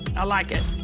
i like it.